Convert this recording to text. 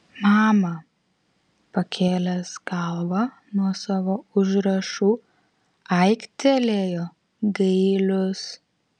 mama pakėlęs galvą nuo savo užrašų aiktelėjo gailius